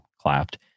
clapped